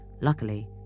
Luckily